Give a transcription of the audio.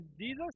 Jesus